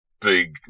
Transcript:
big